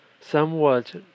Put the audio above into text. somewhat